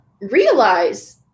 realize